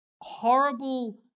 horrible